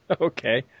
Okay